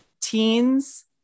teens